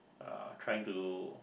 uh try to